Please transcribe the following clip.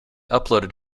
uploaded